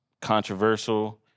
controversial